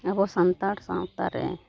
ᱟᱵᱚ ᱥᱟᱱᱛᱟᱲ ᱥᱟᱶᱛᱟ ᱨᱮ